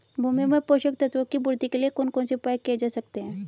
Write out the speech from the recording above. भूमि में पोषक तत्वों की पूर्ति के लिए कौन कौन से उपाय किए जा सकते हैं?